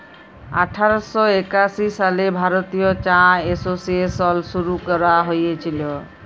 আঠার শ একাশি সালে ভারতীয় চা এসোসিয়েশল শুরু ক্যরা হঁইয়েছিল